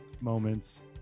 moments